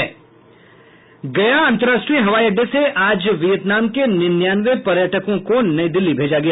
गया अंतर्राष्ट्रीय हवाई अड्डे से आज वियतनाम के निन्यानवे पर्यटकों को नई दिल्ली भेजा गया